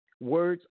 Words